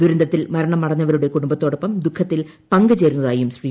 ദുരന്തത്തിൽ മരണമടഞ്ഞവരുടെ കുടുംബത്തോടൊപ്പം ദുഃഖത്തിൽ പങ്കു ചേരുന്നതായും ശ്രീ